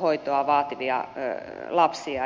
hoitoa vaativia lapsia